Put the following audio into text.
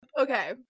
Okay